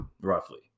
roughly